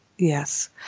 Yes